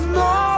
no